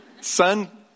son